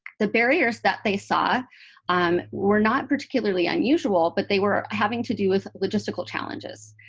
the barriers that they saw um were not particularly unusual, but they were having to do with logistical challenges.